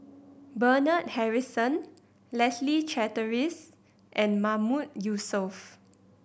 Bernard Harrison Leslie Charteris and Mahmood Yusof